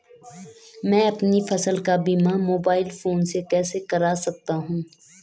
मैं अपनी फसल का बीमा मोबाइल फोन से कैसे कर सकता हूँ?